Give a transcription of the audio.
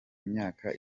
myaka